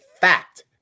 fact